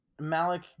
Malik